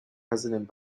present